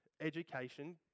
education